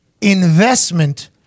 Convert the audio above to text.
investment